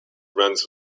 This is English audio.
runs